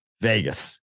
Vegas